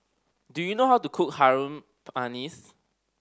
do you know how to cook Harum Manis